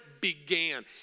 began